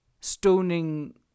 stoning